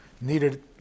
needed